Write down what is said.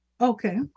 Okay